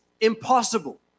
impossible